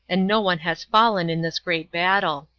and no one has fallen in this great battle.